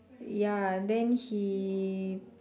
ya then he